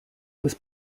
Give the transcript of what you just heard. was